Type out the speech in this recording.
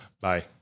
Bye